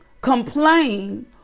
complain